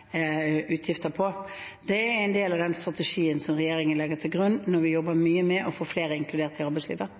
utgifter. Det er en del av den strategien som regjeringen legger til grunn når vi jobber mye med å få flere inkludert i arbeidslivet.